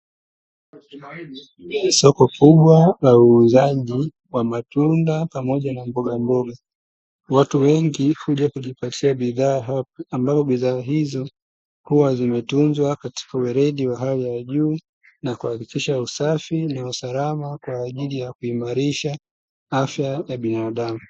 Soko kubwa la uuzaji wa matunda pamoja na mbogamboga. Watu wengi huja kujipatia bidhaa hapa, ambapo bidhaa hizo huwa zimetunzwa katika weredi wa hali juu, na kuhakikisha usafi na usalama kwa ajili ya kuimarisha afya ya binadamu.